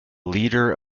leader